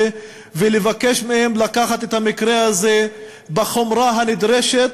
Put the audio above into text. ולבקש מהם לקחת את המקרה הזה בחומרה הנדרשת